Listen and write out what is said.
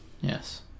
Yes